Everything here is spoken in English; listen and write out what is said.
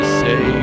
say